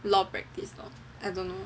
law practice lor I don't know